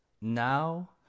Now